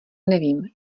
nevím